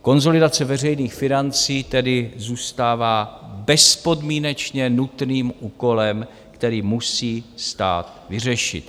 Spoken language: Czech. Konsolidace veřejných financí tedy zůstává bezpodmínečně nutným úkolem, který musí stát vyřešit.